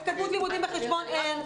בבקשה.